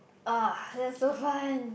ah that's so fun